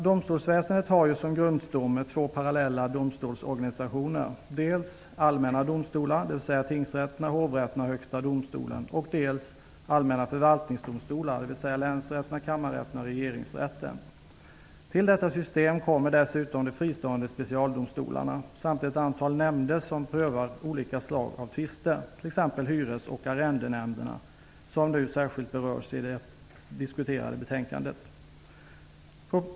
Domstolsväsendet har ju som grundstomme två parallella domstolsorganisationer, dels allmänna domstolar, dvs. tingsrätterna, hovrätterna och Högsta domstolen, dels förvaltningsdomstolar, dvs. Till detta system kommer dessutom de fristående specialdomstolarna samt ett antal nämnder som prövar olika slag av tvister, t.ex. hyres och arrendenämnderna, vilka särskilt berörs i det nu diskuterade betänkandet.